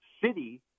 city